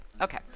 okay